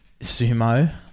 sumo